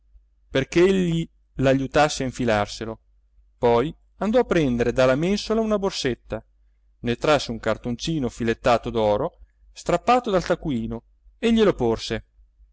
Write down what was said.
perch'egli l'ajutasse a infilarselo poi andò a prendere dalla mensola una borsetta ne trasse un cartoncino filettato d'oro strappato dal taccuino e glielo porse